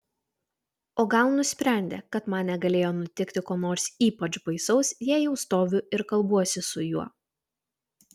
o gal nusprendė kad man negalėjo nutikti ko nors ypač baisaus jei jau stoviu ir kalbuosi su juo